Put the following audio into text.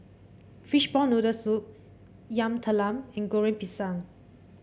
Fishball Noodle Soup Yam Talam and Goreng Pisang